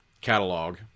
catalog